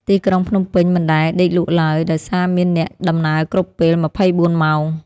ទីក្រុងភ្នំពេញមិនដែលដេកលក់ឡើយ ដោយសារមានអ្នកដំណើរគ្រប់ពេល ២៤ ម៉ោង។